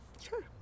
Sure